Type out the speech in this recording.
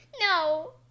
No